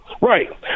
Right